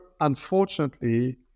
unfortunately